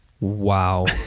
Wow